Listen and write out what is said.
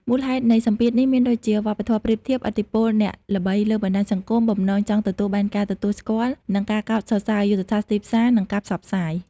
មូលហេតុនៃសម្ពាធនេះមានដូចជា វប្បធម៌ប្រៀបធៀប ឥទ្ធិពលអ្នកល្បីលើបណ្តាញសង្គម បំណងចង់ទទួលបានការទទួលស្គាល់និងការកោតសរសើរ យុទ្ធសាស្ត្រទីផ្សារ និងការផ្សព្វផ្សាយ ។